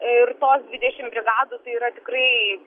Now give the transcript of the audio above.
ir tos dvidešim brigadų tai yra tikrai